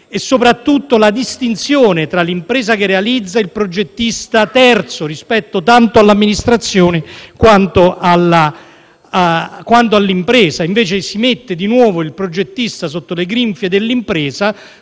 e, soprattutto, la distinzione tra l'impresa che realizza e il progettista terzo, rispetto tanto all'amministrazione quanto all'impresa. Al contrario, si mette di nuovo il progettista sotto le grinfie dell'impresa,